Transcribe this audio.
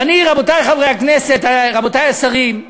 ואני, רבותי חברי הכנסת, רבותי השרים,